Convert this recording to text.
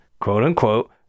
quote-unquote